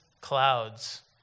clouds